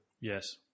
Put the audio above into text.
Yes